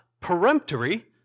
peremptory